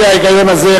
לפי ההיגיון הזה,